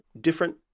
different